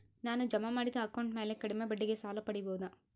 ನಾನು ಜಮಾ ಮಾಡಿದ ಅಕೌಂಟ್ ಮ್ಯಾಲೆ ಕಡಿಮೆ ಬಡ್ಡಿಗೆ ಸಾಲ ಪಡೇಬೋದಾ?